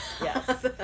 Yes